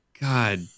God